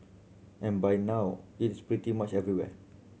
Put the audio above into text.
and by now it is pretty much everywhere